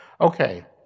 Okay